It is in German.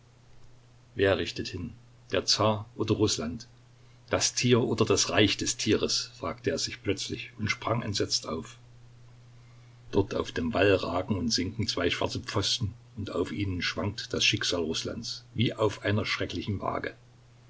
wer richtet hin der zar oder rußland das tier oder das reich des tieres fragte er sich plötzlich und sprang entsetzt auf dort auf dem wall ragen und sinken zwei schwarze pfosten und auf ihnen schwankt das schicksal rußlands wie auf einer schrecklichen waage